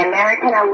American